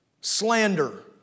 slander